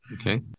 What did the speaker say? Okay